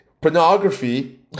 pornography